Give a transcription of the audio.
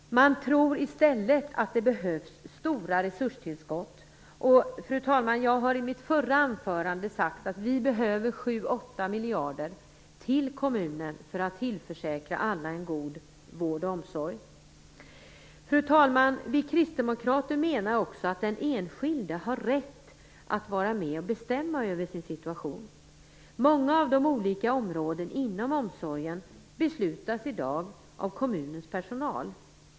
Man tror att det i stället behövs stora resurstillskott. Fru talman! Jag sade i mitt förra anförande att vi behöver 7-8 miljarder till kommunen för att tillförsäkra alla en god vård och omsorg. Vi kristdemokrater menar också att den enskilde har rätt att vara med och bestämma över sin situation. Många av de olika besluten inom omsorgen fattas i dag av kommunens personal.